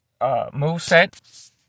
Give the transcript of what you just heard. moveset